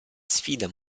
sfida